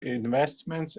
investments